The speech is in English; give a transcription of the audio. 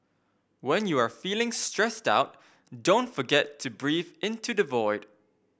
when you are feeling stressed out don't forget to breathe into the void